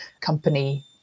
company